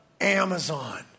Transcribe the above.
Amazon